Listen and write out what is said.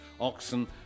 Oxen